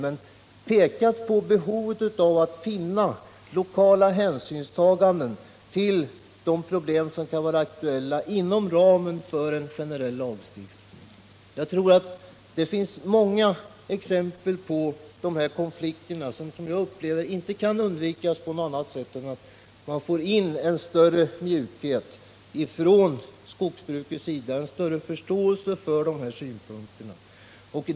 Man har Måndagen den pekat på behovet av lokala hänsynstaganden, inom ramen för en generell 21 november 1977 lagstiftning, till de problem som kan vara aktuella. Jag tror att det finns I många exempel på sådana konflikter. Jag upplever det så, att de inte - Om Interamerikankan undvikas på annat sätt än att skogsbruket visar större förståelse = ska utvecklingsbanför dessa synpunkter.